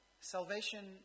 Salvation